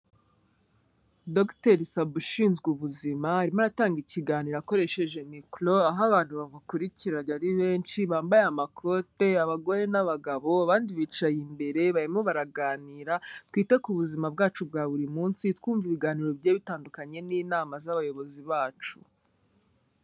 Dr. Sabi ushinzwe ubuzima arimo atanga ikiganiro akoresheje mikoro, aho abantu bamukurikira ari benshi bambaye amakote abagore n'abagabo abandi bicaye imbere barimo baraganira, twite ku buzima bwacu bwa buri munsi twumva ibiganiro bigiye bitandukanye n'inama z'abayobozi bacu.